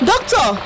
Doctor